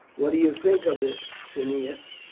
what do you think of it, cneius?